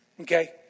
Okay